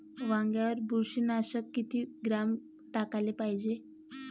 वांग्यावर बुरशी नाशक किती ग्राम टाकाले पायजे?